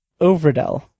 Overdell